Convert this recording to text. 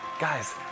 Guys